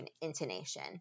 intonation